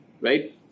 Right